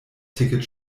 ticket